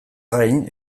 gain